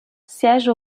siège